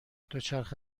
دوچرخه